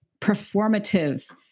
performative